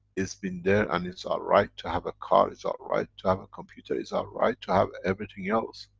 it's been there and it's our right to have a car, it's our right to have a computer, it's our right to have everything else.